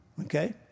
Okay